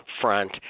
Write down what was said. front